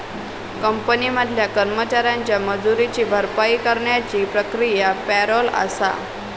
company मधल्या कर्मचाऱ्यांच्या मजुरीची भरपाई करण्याची प्रक्रिया पॅरोल आसा